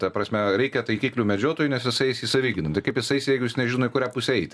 ta prasme reikia taikiklių medžiotojui nes jis eis į savigyną kaip jis eis jeigu jis nežino į kurią pusę eit